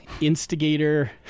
instigator